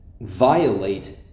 violate